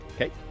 Okay